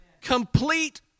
Complete